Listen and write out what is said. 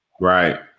Right